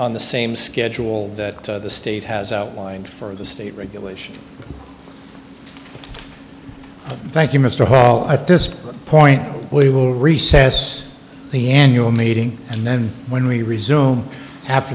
on the same schedule that the state has outlined for the state regulations thank you mr hall at this point we will recess the end you are meeting and then when we resume